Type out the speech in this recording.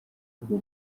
bwo